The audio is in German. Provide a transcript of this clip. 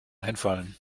einfallen